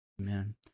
Amen